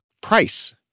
price